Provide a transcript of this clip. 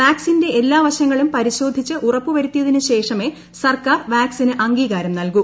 വാക്സിൻറെ എല്ലാ വശങ്ങളും പരിശോധിച്ച് ഉറപ്പു വരുത്തിയതിനു ശേഷമേ സർക്കാർ വാക്സിന് അംഗീകാരം നൽകു